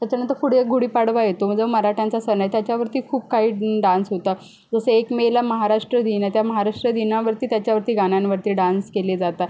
त्याच्यानंतर पुढे गुढीपाडवा येतो म्हणजे मराठयांचा सण आहे त्याच्यावरती खूप काही डान्स होतात जसं एक मेला महाराष्ट्र दिन आहे त्या महाराष्ट्र दिनावरती त्याच्यावरती गाण्यांवरती डान्स केले जातात